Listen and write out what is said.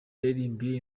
yaririmbiye